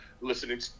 listening